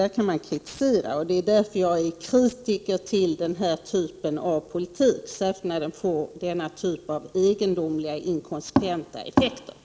Det kan man kritisera. Det är därför jag är kritisk till den här typen av politik, särskilt när den får så egendomliga, inkonsekventa effekter.